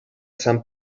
sant